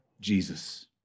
Jesus